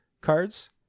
cards